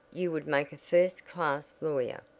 you would make a first class lawyer,